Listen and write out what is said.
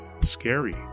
scary